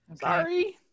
sorry